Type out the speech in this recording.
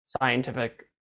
scientific